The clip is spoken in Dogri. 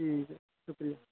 ठीक ऐ शुक्रिया